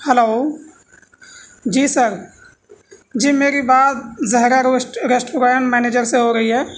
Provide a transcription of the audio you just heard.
hello جی sir جی میری بات زہرہ ریسٹورینٹ مینیجر سے ہو رہی ہے